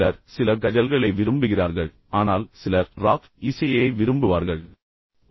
சிலர் சில கஜல்களை விரும்புகிறார்கள் ஆனால் சிலர் ராக் இசையை விரும்புவார்கள் எந்த பிரச்சனையும் இல்லை